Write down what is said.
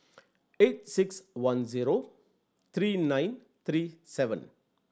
eight six one zero three nine three seven